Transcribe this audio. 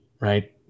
right